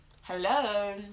Hello